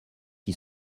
qui